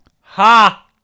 Ha